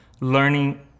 learning